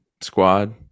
squad